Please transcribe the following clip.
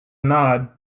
nod